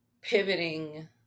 pivoting